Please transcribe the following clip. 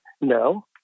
No